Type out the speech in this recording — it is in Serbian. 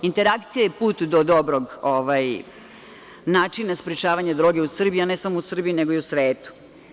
Interakcija je put do dobrog načina sprečavanja droge u Srbiji, a ne samo u Srbiji, nego i u svetu.